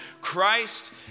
Christ